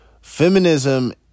feminism